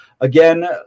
again